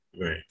Right